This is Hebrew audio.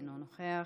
אינו נוכח,